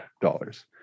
dollars